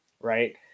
right